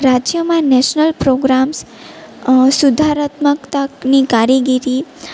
રાજ્યમાં national programmes સુધારાત્મકતાની કારીગીરી